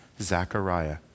Zechariah